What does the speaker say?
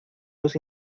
los